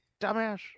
dumbass